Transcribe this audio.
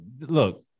Look